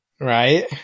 Right